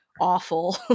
awful